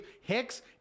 Hicks